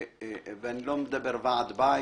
ואני לא מדבר על ועד בית.